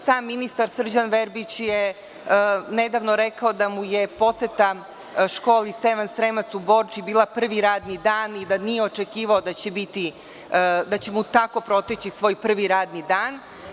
Sam ministar Srđan Verbić je nedavno rekao da mu je poseta školi „Stevan Sremac“ u Borči bila prvi radni dan i da nije očekivao da će mu tako proteći prvi radni dan.